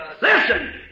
Listen